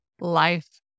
life